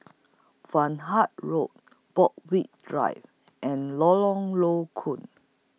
Vaughan Road Borthwick Drive and Lorong Low Koon